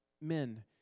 Men